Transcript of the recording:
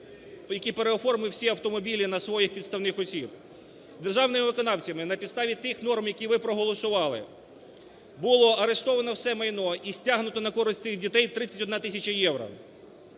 який переоформив всі автомобілі на своїх підставних осіб. Державними виконавцями на підставі тих норм, які ви проголосували, було арештовано все майно і стягнуто на користь цих дітей 31 тисяча євро.